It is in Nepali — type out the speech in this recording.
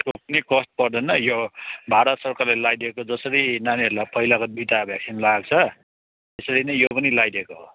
यसको कुनै कस्ट पर्दैन यो भारत सरकारले लगाइदिएको जसरी नानीहरूलाई पहिलाको बिटा भ्याक्सिन लगाएको छ त्यसरी नै यो पनि लगाइदिएको हो